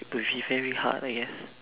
would be very hard I guess